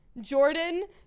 Jordan